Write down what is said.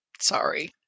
Sorry